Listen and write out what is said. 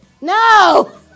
No